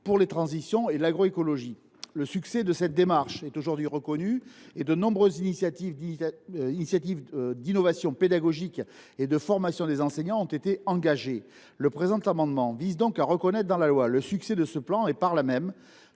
pour les transitions et l’agroécologie. Le succès de cette démarche est aujourd’hui reconnu et de nombreuses initiatives d’innovation pédagogique et de formation des enseignants ont été engagées. Le présent amendement vise à reconnaître le succès de ce plan en